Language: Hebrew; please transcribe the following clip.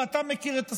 ואתה מכיר את הסיפור.